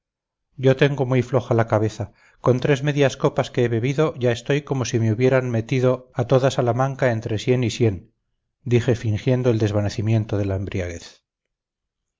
yo tengo muy floja la cabeza con tres medias copas que he bebido ya estoy como si me hubieran metido a toda salamanca entre sien y sien dije fingiendo el desvanecimiento de la embriaguez